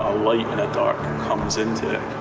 ah light and dark and comes into it.